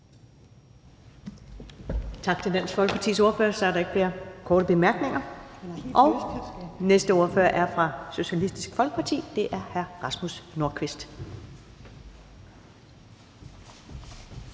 Tak til Dansk Folkepartis ordfører. Der er ikke flere korte bemærkninger. Den næste ordfører er fra Socialistisk Folkeparti, og det er hr. Rasmus Nordqvist.